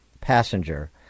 passenger